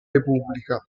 repubblica